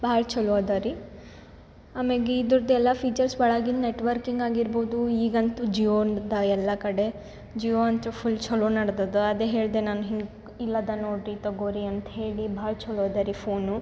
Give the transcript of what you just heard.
ಭಾಳ್ ಚಲೋ ಅದ ರೀ ಅಮ್ಯಾಗೆ ಇದ್ರದು ಎಲ್ಲ ಫೀಚರ್ಸ್ ಒಳಗಿಂದು ನೆಟ್ವರ್ಕಿಂಗ್ ಆಗಿರ್ಬೋದು ಈಗ ಅಂತು ಜಿಯೋ ಎಲ್ಲ ಕಡೆ ಜಿಯೋ ಅಂತು ಫುಲ್ ಚಲೋ ನಡ್ದದೆ ಅದೇ ಹೇಳಿದೆ ನಾನು ಹಿಂಗೆ ಇಲ್ಲಿ ಅದ ನೋಡಿರಿ ತೊಗೋರಿ ಅಂತ ಹೇಳಿ ಭಾಳ ಚಲೋ ಅದ ರೀ ಫೋನು